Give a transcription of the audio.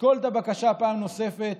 תשקול את הבקשה פעם נוספת